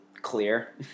clear